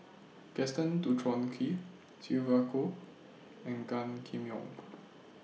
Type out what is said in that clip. Gaston Dutronquoy Sylvia Kho and Gan Kim Yong